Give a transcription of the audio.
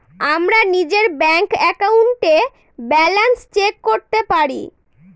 আমরা নিজের ব্যাঙ্ক একাউন্টে ব্যালান্স চেক করতে পারি